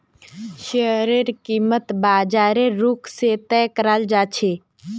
शेयरेर कीमत बाजारेर रुख से तय कराल जा छे